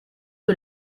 que